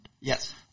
Yes